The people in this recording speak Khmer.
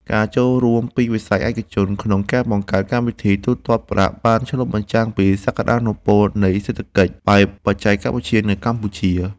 ការចូលរួមពីវិស័យឯកជនក្នុងការបង្កើតកម្មវិធីទូទាត់ប្រាក់បានឆ្លុះបញ្ចាំងពីសក្តានុពលនៃសេដ្ឋកិច្ចបែបបច្ចេកវិទ្យានៅកម្ពុជា។